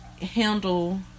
handle